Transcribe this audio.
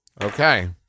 Okay